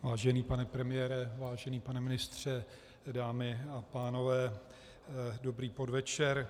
Vážený pane premiére, vážený pane ministře, dámy a pánové, dobrý podvečer.